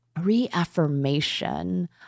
reaffirmation